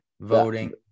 voting